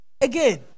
again